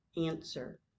answer